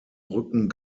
rücken